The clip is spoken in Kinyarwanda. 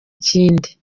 kindi